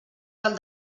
del